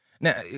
Now